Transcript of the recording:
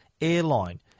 airline